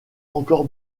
encore